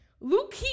Luke